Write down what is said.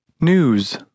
News